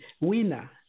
winner